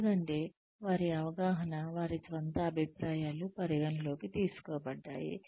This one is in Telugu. ఎందుకంటే వారి అవగాహన వారి స్వంత అభిప్రాయాలు పరిగణనలోకి తీసుకోబడ్డాయి